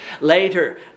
Later